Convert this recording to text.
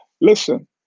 Listen